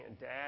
dad